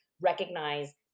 recognize